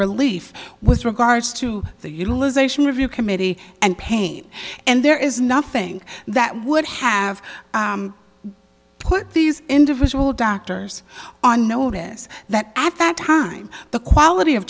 relief with regards to the utilization review committee and pain and there is nothing that would have put these individual doctors on notice that at that time the quality of